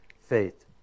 faith